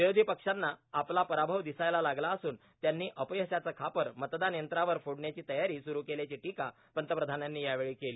विरोधी पक्षांना आपला पराभव दिसायला लागला असून त्यांनी अपयशाचं खापर मतदार यंत्रांवर फोडण्याची तयारी सुरू केल्याची टीका पंतप्रधानांनी यावेळी केली